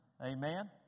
amen